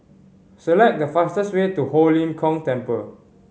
select the fastest way to Ho Lim Kong Temple